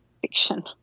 fiction